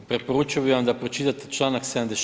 Preporučio bi vam da pročitate članak 76.